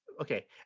okay